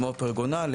כמו הפרגונל,